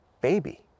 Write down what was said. baby